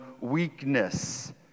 weakness